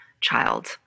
child